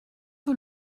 que